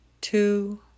two